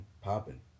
popping